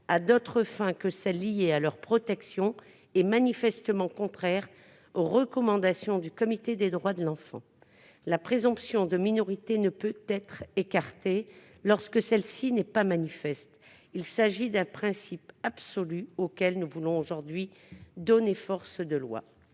à d'autres fins que celles liées à leur protection est manifestement contraire aux recommandations du comité des droits de l'enfant ». La présomption de minorité ne peut être écartée lorsque celle-ci n'est pas manifeste. Il s'agit d'un principe absolu auquel nous voulons aujourd'hui donner, par cet